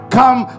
come